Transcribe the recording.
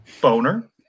Boner